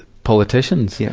politicians? yeah.